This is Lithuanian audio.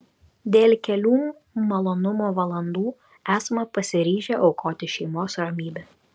dėl kelių malonumo valandų esame pasiryžę aukoti šeimos ramybę